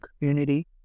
community